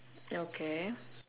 okay